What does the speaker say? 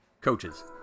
Coaches